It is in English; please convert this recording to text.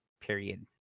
period